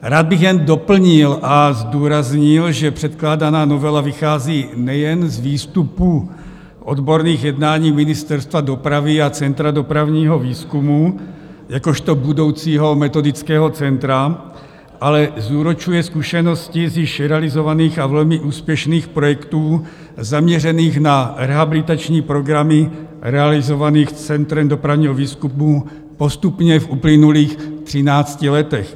Rád bych jen doplnil a zdůraznil, že předkládaná novela vychází nejen z výstupu odborných jednání Ministerstva dopravy a Centra dopravního výzkumu jakožto budoucího metodického centra, ale zúročuje zkušenosti z již realizovaných a velmi úspěšných projektů zaměřených na rehabilitační programy, realizovaných Centrem dopravního výzkumu postupně v uplynulých třinácti letech.